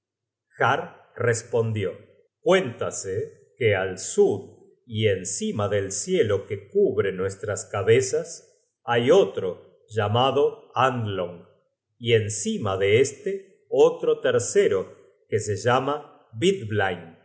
respondió cuéntase que al sud y encima del cielo que cubre nuestras cabezas hay otro llamado andlong y encima de este otro tercero que se llama